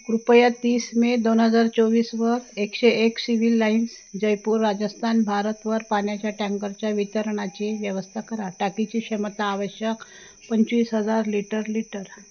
कृपया तीस मे दोन हजार चोवीसवर एकशे एक सिव्हिल लाईन्स जयपूर राजस्थान भारतवर पाण्याच्या टँकरच्या वितरणाची व्यवस्था करा टाकीची क्षमता आवश्यक पंचवीस हजार लिटर लिटर